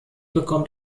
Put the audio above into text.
bekommt